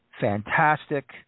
fantastic